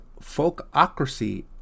Folkocracy